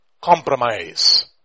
Compromise